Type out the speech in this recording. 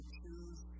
choose